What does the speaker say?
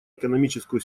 экономическую